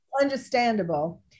understandable